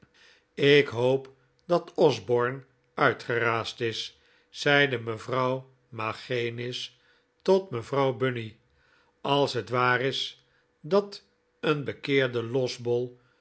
ik hoop dat osborne uitgeraasd is zeide mevrouw magenis tot mevrouw bunny als het waar is dat een bekeerde losbol